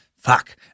Fuck